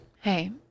Hey